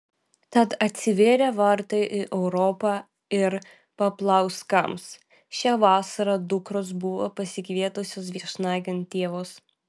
tad atsivėrė vartai į europą ir paplauskams šią vasarą dukros buvo pasikvietusios viešnagėn tėvus